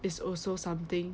it's also something